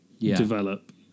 develop